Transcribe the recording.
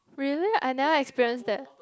really I never experience that